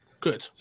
Good